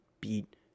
beat